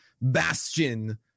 bastion